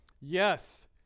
yes